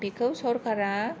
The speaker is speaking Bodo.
बिखौ सरखारा